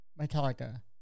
Metallica